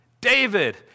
David